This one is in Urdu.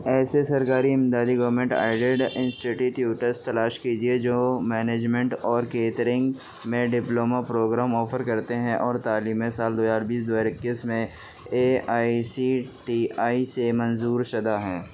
ایسے سرکاری امدادی گورنمنٹ ایڈڈ انسٹیٹیٹیوٹس تلاش کیجیے جو مینجمنٹ اور کیترنگ میں ڈپلومہ پروگرام آفر کرتے ہیں اور تعلیمی سال دو ہزار بیس دو ہزار اکیس میں A I C T E سے منظور شدہ ہیں